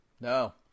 No